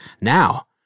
Now